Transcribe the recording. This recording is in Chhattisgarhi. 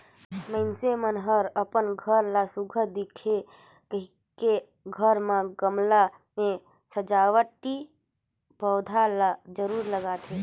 मइनसे मन हर अपन घर ला सुग्घर दिखे कहिके घर म गमला में सजावटी पउधा ल जरूर लगाथे